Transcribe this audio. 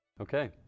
Okay